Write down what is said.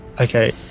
okay